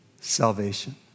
Salvation